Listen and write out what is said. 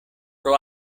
pro